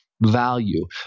value